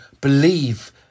believe